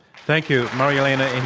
thank you, marielena